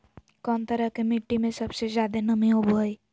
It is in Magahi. कौन तरह के मिट्टी में सबसे जादे नमी होबो हइ?